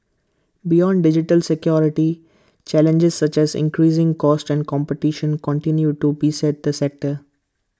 beyond digital security challenges such as increasing costs and competition continue to beset the sector